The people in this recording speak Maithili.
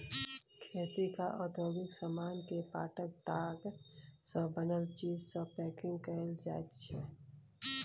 खेती आ औद्योगिक समान केँ पाटक ताग सँ बनल चीज सँ पैंकिग कएल जाइत छै